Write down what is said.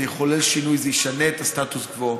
זה יחולל שינוי, זה ישנה את הסטטוס קוו.